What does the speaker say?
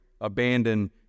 Abandon